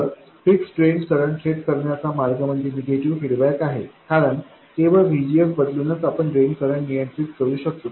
तर fix drain current set करण्याचा मार्ग म्हणजे निगेटिव्ह फीडबॅक आहे कारण केवळ VGSबदलूनच आपण ड्रेन करंट नियंत्रित करू शकतो